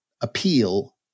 appeal